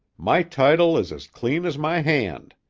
my title is as clean as my hand.